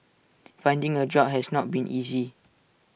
finding A job has not been easy